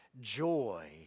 joy